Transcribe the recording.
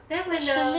then when the